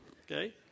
okay